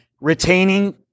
retaining